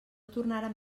tornaren